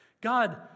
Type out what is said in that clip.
God